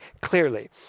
clearly